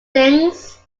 things